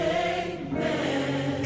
amen